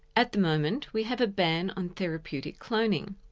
at the moment we have a ban on therapeutic cloning.